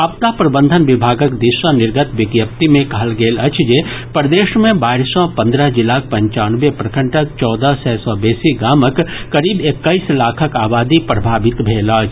आपदा प्रबंधन विभागक दिस सॅ निर्गत विज्ञप्ति मे कहल गेल अछि जे प्रदेश मे बाढ़ि सॅ पंद्रह जिलाक पंचानवे प्रखंडक चौदह सय सॅ बेसी गामक करीब एक्कैस लाखक आबादी प्रभावित भेल अछि